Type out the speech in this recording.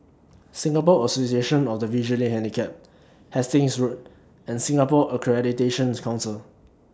Singapore Association of The Visually Handicapped Hastings Road and Singapore Accreditation's Council